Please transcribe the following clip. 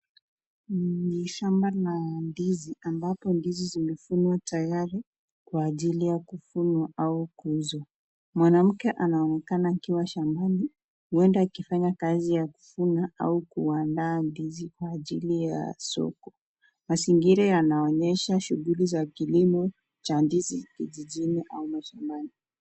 Ni shamba la ndizi ambapo ndizi zimefungwa tayari kwa ajili ya kuvunwa au kuuzwa. Mwanamke anaonekana akiwa shambani huenda akifanya kazi ya kuvuna au kuandaa ndizi kwa ajili ya soko. Mazingira yanaonyesha shughuli za kilimo cha ndizi kijijini au mashambani.